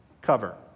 cover